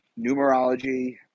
numerology